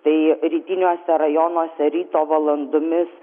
tai rytiniuose rajonuose ryto valandomis